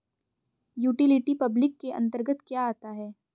Utility public के अंतर्गत क्या आता है?